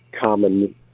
common